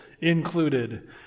included